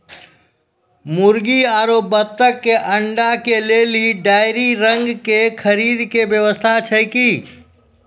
मुर्गी आरु बत्तक के अंडा के लेली डेयरी रंग के खरीद के व्यवस्था छै कि?